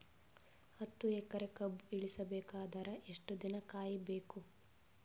ಹತ್ತು ಎಕರೆ ಕಬ್ಬ ಇಳಿಸ ಬೇಕಾದರ ಎಷ್ಟು ದಿನ ಕಾಯಿ ಬೇಕು?